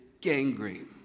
gangrene